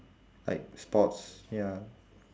like sports ya